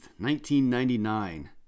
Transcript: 1999